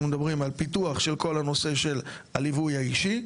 אנחנו מדברים על פיתוח של כל הנושא של הליווי האישי.